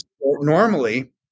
normally